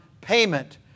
payment